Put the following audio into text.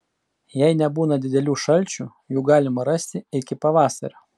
jei nebūna didelių šalčių jų galima rasti iki pavasario